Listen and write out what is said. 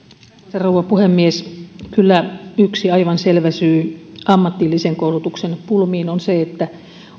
rouva puhemies kyllä yksi aivan selvä syy ammatillisen koulutuksen pulmiin on se että